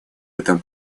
этом